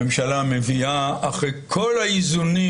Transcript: הממשלה מביאה את ההצעה אחרי כל האיזונים